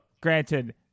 granted